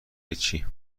هیچی